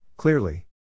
Clearly